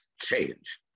change